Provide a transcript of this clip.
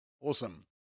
Awesome